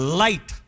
light